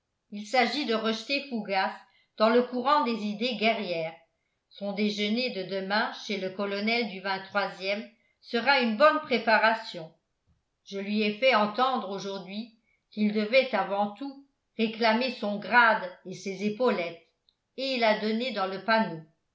il s'agit de rejeter fougas dans le courant des idées guerrières son déjeuner de demain chez le colonel du ème sera une bonne préparation je lui ai fait entendre aujourd'hui qu'il devait avant tout réclamer son grade et ses épaulettes et il a donné dans le panneau